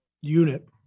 unit